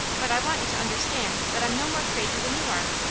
but i want you to understand that i am no more crazy than you are.